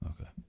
Okay